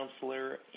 counselor